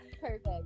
Perfect